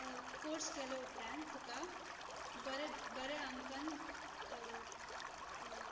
course केलो उपरांत तुका बरे बरे अंकान